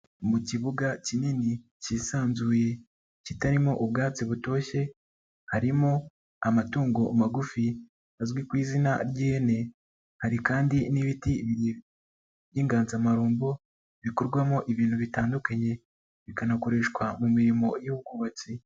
Mu kibuga kinini cyisanzuye kitarimo ubwatsi butoshye ,harimo amatungo magufi ,azwi ku izina ry'ihene. Hari kandi n'ibiti bibiri by'inganzamarumbo ,bikorwamo ibintu bitandukanye bikanakoreshwa mu mirimo y'ubwubatsi.